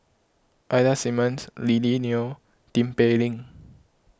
Ida Simmons Lily Neo Tin Pei Ling